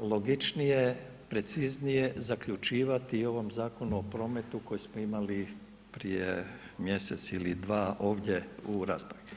logičnije, preciznije zaključivati i ovom Zakonu o prometu koji smo imali prije mjesec ili dva ovdje u raspravi.